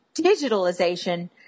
digitalization